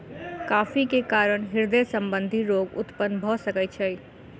coffee के कारण हृदय संबंधी रोग उत्पन्न भअ सकै छै